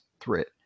threat